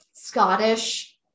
Scottish